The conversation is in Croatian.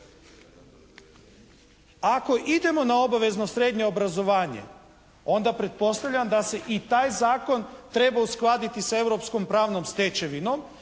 Ako idemo na obavezno srednje obrazovanje, onda pretpostavljam da se i taj zakon treba uskladiti sa europskom pravnom stečevinom.